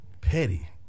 Petty